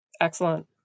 Excellent